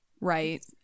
right